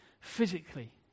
physically